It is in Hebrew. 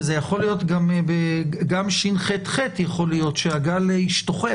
כי זה יכול להיות גם שחח, שהגל השתוחח.